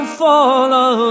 follow